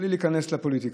בלי להיכנס לפוליטיקה.